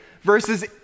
versus